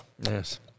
Yes